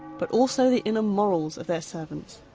but also the inner morals of their servants.